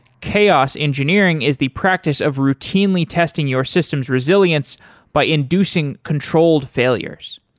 chaos engineering is the practice of routinely testing your system's resilience by inducing controlled failures.